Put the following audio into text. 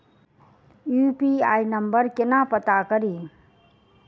UPI number केना पत्ता कड़ी?